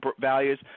values